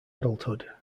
adulthood